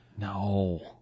No